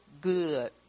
good